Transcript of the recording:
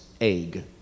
egg